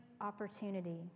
opportunity